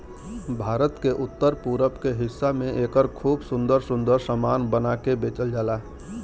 भारत के उत्तर पूरब के हिस्सा में एकर खूब सुंदर सुंदर सामान बना के बेचल जाला